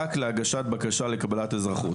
רק להגשת בקשה לקבלת אזרחות,